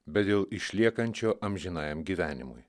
bet dėl išliekančio amžinajam gyvenimui